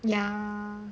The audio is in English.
ya